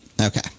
Okay